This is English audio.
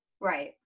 Right